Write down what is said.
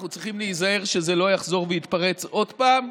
אנחנו צריכים להיזהר שזה לא יחזור ויתפרץ עוד פעם,